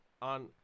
On